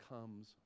comes